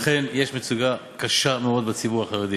אכן יש מצוקה קשה מאוד בציבור החרדי.